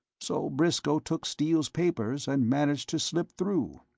so briscoe took steele's papers and managed to slip through.